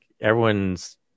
everyone's